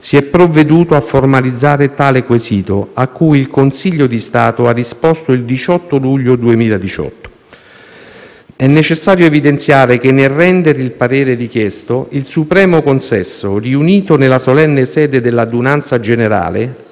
si è provveduto a formalizzare tale quesito, a cui il Consiglio di Stato ha risposto il 18 luglio 2018. È necessario evidenziare che nel rendere il parere richiesto, il supremo Consesso, riunito nella solenne sede dell'Adunanza generale,